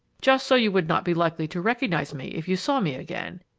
just so you would not be likely to recognize me if you saw me again.